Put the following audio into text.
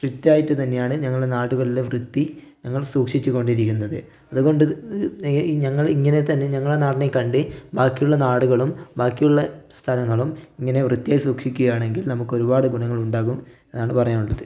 strict ആയിട്ട് തന്നെയാണ് ഞങ്ങളുടെ നാടുകളിലെ വൃത്തി ഞങ്ങൾ സൂക്ഷിച്ചു കൊണ്ടിരിക്കുന്നത് അതുകൊണ്ട് ഞങ്ങളിങ്ങനെ തന്നെ ഞങ്ങള നാടിനെ കണ്ട് ബാക്കിയുള്ള നാടുകളും ബാക്കിയുള്ള സ്ഥലങ്ങളും ഇങ്ങനെ വൃത്തിയായി സൂക്ഷിക്കുകയാണെങ്കിൽ നമുക്കൊരുപാടു ഗുണങ്ങളുണ്ടാകും അതാണ് പറയാനുള്ളത്